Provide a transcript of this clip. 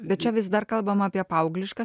bet čia vis dar kalbama apie paauglišką